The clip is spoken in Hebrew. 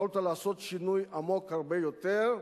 יכולת לעשות שינוי עמוק הרבה יותר,